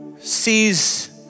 sees